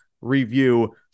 review